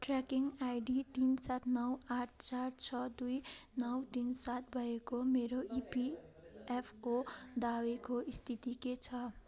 tracking ID तिन सात नौ आठ चार छ दुई नौ तिन सात भएको मेरो इपिएफओ दावीको स्थिति के छ